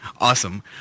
Awesome